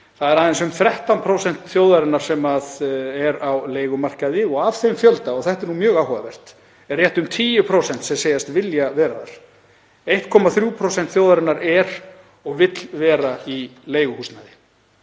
Það eru aðeins um 13% þjóðarinnar sem eru á leigumarkaði og af þeim fjölda, og þetta er mjög áhugavert, eru rétt um 10% sem segjast vilja vera þar. 1,3% þjóðarinnar er og vill vera í leiguhúsnæði.